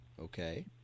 Okay